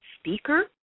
speaker